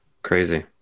crazy